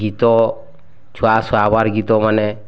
ଗୀତ ଛୁଆ ଶୁଆବାର୍ ଗୀତ ମାନେ